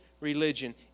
religion